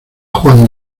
juan